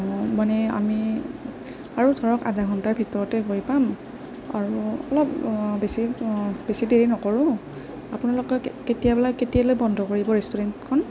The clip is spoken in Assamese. মানে আমি আৰু ধৰক আধা ঘণ্টাৰ ভিতৰতে গৈ পাম আৰু অলপ বেছি বেছি দেৰি নকৰোঁ আপোনালোকে কে কেতিয়ালে কেতিয়ালৈ বন্ধ কৰিব ৰেষ্টুৰেণ্টখন